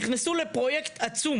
נכנסו לפרויקט עצום,